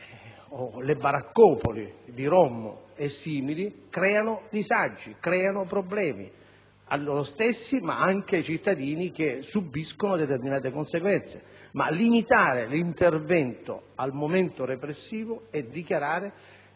le baraccopoli di rom e altre comunità creano disagi e problemi, a loro stessi ma anche ai cittadini che subiscono determinate conseguenze, ma limitare l'intervento al momento repressivo significa